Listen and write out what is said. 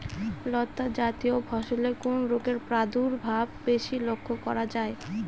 লতাজাতীয় ফসলে কোন রোগের প্রাদুর্ভাব বেশি লক্ষ্য করা যায়?